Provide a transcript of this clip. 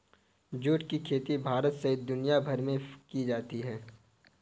जुट की खेती भारत सहित दुनियाभर में की जाती है